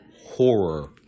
horror